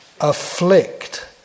afflict